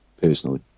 personally